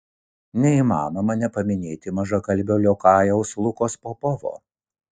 neįmanoma nepaminėti mažakalbio liokajaus lukos popovo